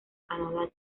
canadá